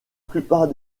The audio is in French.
plupart